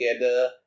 together